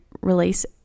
release